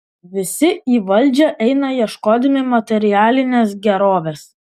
visi į valdžią eina ieškodami materialinės gerovės